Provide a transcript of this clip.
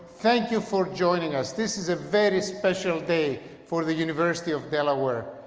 thank you for joining us. this is a very special day for the university of delaware.